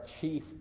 chief